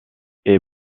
est